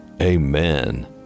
Amen